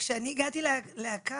כשאני הגעתי ללהקה